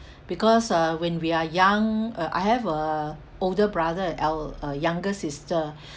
because uh when we are young uh I have a older brother and el~ uh younger sister